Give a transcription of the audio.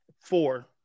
four